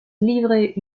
livrer